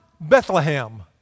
Bethlehem